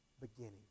beginning